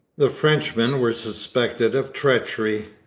the frenchmen were suspected of treachery,